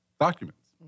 documents